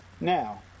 Now